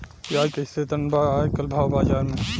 प्याज कइसे टन बा आज कल भाव बाज़ार मे?